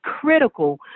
critical